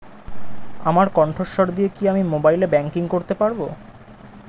আমার কন্ঠস্বর দিয়ে কি আমি মোবাইলে ব্যাংকিং করতে পারবো?